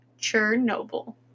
Chernobyl